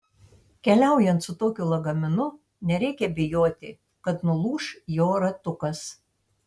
keliaujant su tokiu lagaminu nereikia bijoti kad nulūš jo ratukas